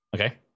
okay